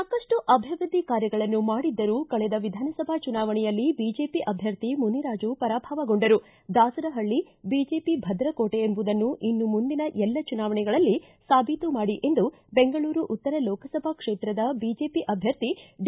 ಸಾಕಷ್ಟು ಅಭಿವೃದ್ದಿ ಕಾರ್ಯಗಳನ್ನು ಮಾಡಿದ್ದರೂ ಕಳೆದ ವಿಧಾನಸಭಾ ಚುನಾವಣೆಯಲ್ಲಿ ಬಿಜೆಪಿ ಅಭ್ಯರ್ಥಿ ಮುನಿರಾಜು ಪರಾಭವಗೊಂಡರು ದಾಸರಹಳ್ಳಿ ಬಿಜೆಪಿ ಭದ್ರಕೋಟೆ ಎಂಬುದನ್ನು ಇನ್ನು ಮುಂದಿನ ಎಲ್ಲ ಚುನಾವಣೆಗಳಲ್ಲಿ ಸಾಬೀತುಮಾಡಿ ಎಂದು ಬೆಂಗಳೂರು ಉತ್ತರ ಲೋಕಸಭಾ ಕ್ಷೇತ್ರದ ಬಿಜೆಪಿ ಅಭ್ಯರ್ಥಿ ಡಿ